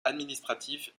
administratif